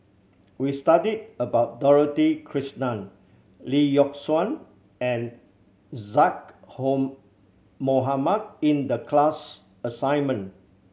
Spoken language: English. we studied about Dorothy Krishnan Lee Yock Suan and Zaqy Home Mohamad in the class assignment